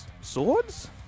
Swords